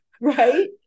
right